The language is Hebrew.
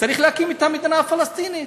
צריך להקים את המדינה הפלסטינית.